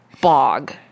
bog